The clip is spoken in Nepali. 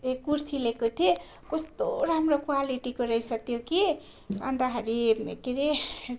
ए कुर्ती लिएको थिएँ कस्तो राम्रो क्वालिटीको रहेछ त्यो कि अन्तखेरि के अरे